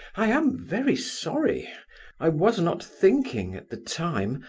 i am very sorry i was not thinking at the time.